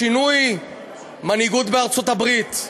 שינוי מנהיגות בארצות-הברית,